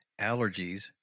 allergies